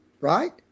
right